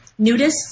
nudists